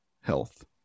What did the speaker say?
health